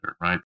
right